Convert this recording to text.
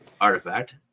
artifact